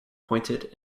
pointed